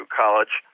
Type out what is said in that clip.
college